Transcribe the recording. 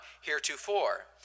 heretofore